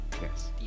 Yes